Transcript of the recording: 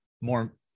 more